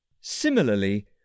Similarly